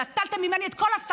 אני לא רוצה לקרוא אותך לסדר.